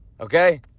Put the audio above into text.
Okay